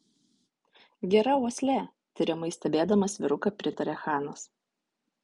gera uoslė tiriamai stebėdamas vyruką pritarė chanas